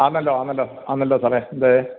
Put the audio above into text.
ആന്നല്ലോ ആന്നല്ലോ ആന്നല്ലോ സാറേ എന്തേ